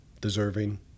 deserving